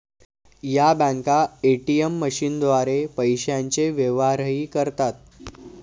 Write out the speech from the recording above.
या बँका ए.टी.एम मशीनद्वारे पैशांचे व्यवहारही करतात